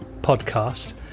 podcast